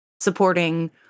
Supporting